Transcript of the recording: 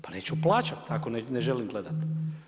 Pa neću plaćati ako ne želim gledati.